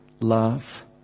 love